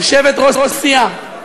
יושבת-ראש סיעה,